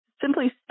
simply